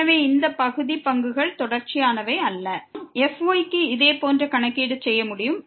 எனவே இந்த பகுதி பங்குகள் தொடர்ச்சியானவை அல்ல நாம் fy க்கு இதே போன்ற கணக்கீடு செய்ய முடியும்